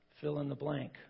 fill-in-the-blank